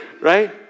Right